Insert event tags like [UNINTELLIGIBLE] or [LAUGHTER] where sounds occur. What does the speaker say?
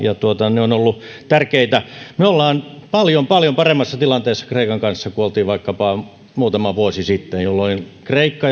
ne ovat olleet tärkeitä me olemme paljon paljon paremmassa tilanteessa kreikan kanssa kuin olimme vaikkapa muutama vuosi sitten jolloin kreikka [UNINTELLIGIBLE]